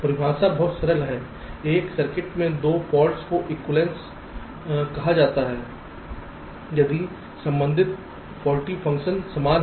परिभाषा बहुत सरल है एक सर्किट में 2 फॉल्ट्स को एक्विवैलेन्स कहा जाता है यदि संबंधित फौल्टी फ़ंक्शन समान हैं